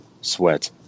sweat